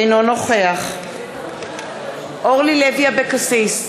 אינו נוכח אורלי לוי אבקסיס,